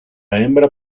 hembra